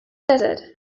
desert